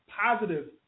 positive